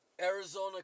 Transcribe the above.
Arizona